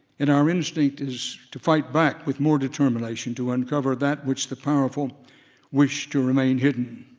and our instinct is to fight back with more determination to uncover that which the powerful wish to remain hidden.